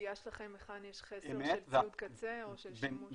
לידיעה שלכם היכן יש חסר בציוד קצה או של שימוש --- אמת.